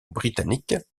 britannique